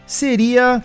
seria